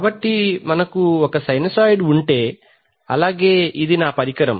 కాబట్టి మనకు సైనూసోయిడ్ ఉంటే అలాగే ఇది నా పరికరం